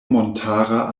montara